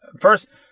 first